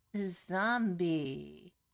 zombie